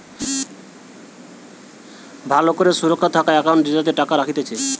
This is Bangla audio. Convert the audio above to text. ভালো করে সুরক্ষা থাকা একাউন্ট জেতাতে টাকা রাখতিছে